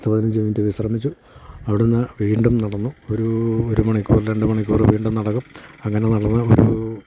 പത്ത് പതിനഞ്ച് മിനിറ്റ് വിശ്രമിച്ചു അവിടുന്ന് വീണ്ടും നടന്നു ഒരു ഒരു മണിക്കൂറ് രണ്ട് മണിക്കൂറ് വീണ്ടും നടക്കും അങ്ങനെ നടന്ന് ഒരു